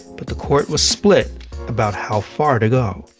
but the court was split about how far to go.